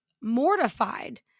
mortified